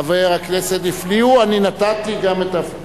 היו קריאות.